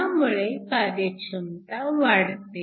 ह्यामुळे कार्यक्षमता वाढते